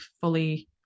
fully